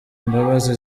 imbabazi